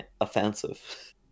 offensive